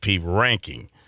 ranking